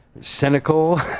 Cynical